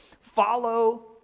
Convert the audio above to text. follow